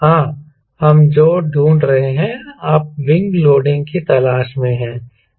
हां हम जो ढूंढ रहे हैं आप विंग लोडिंग की तलाश में हैं